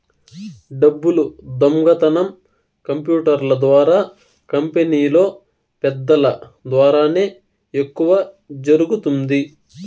డబ్బులు దొంగతనం కంప్యూటర్ల ద్వారా కంపెనీలో పెద్దల ద్వారానే ఎక్కువ జరుగుతుంది